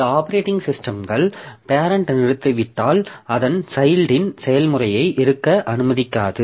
சில ஆப்பரேட்டிங் சிஸ்டம்கள் பேரெண்ட் நிறுத்திவிட்டால் அதன் சைல்ட்டின் செயல்முறையை இருக்க அனுமதிக்காது